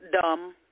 dumb